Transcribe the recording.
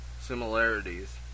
similarities